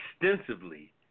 extensively